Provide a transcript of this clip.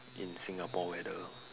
in singapore weather